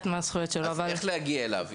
אז איך להגיע אליו?